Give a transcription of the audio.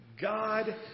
God